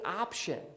option